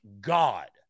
God